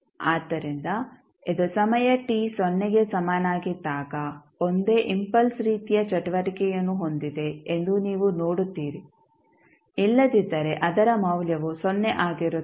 ಆದ್ದರಿಂದ ಇದು ಸಮಯ t ಸೊನ್ನೆಗೆ ಸಮನಾಗಿದ್ದಾಗ ಒಂದೇ ಇಂಪಲ್ಸ್ ರೀತಿಯ ಚಟುವಟಿಕೆಯನ್ನು ಹೊಂದಿದೆ ಎಂದು ನೀವು ನೋಡುತ್ತೀರಿ ಇಲ್ಲದಿದ್ದರೆ ಅದರ ಮೌಲ್ಯವು ಸೊನ್ನೆ ಆಗಿರುತ್ತದೆ